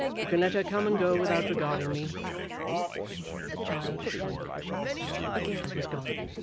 you can let her come and go without regarding me the child shrunk as she listened and was gone,